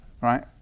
right